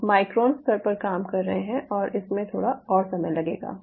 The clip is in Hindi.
आप माइक्रोन स्तर पर काम कर रहे हैं और इसमें थोड़ा और समय लगेगा